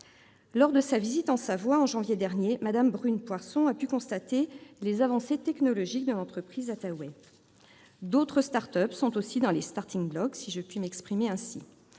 Lors de sa visite en Savoie en janvier dernier, Mme Brune Poirson a pu constater les avancées technologiques de l'entreprise Atawey. D'autres start-up sont aussi dans les starting-blocks, si je puis m'exprimer ainsi.